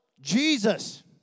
Jesus